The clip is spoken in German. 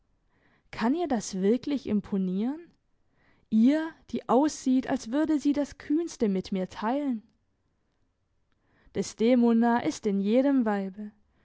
kann ihr das wirklich imponieren ihr die aussieht als würde sie das kühnste mit mir teilen desdemona ist in jedem weibe